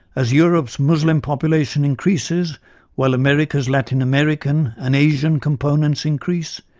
as europe's muslim population increases while america's latin american and asian components increase,